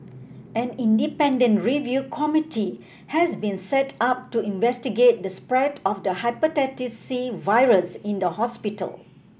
an independent review committee has been set up to investigate the spread of the Hepatitis C virus in the hospital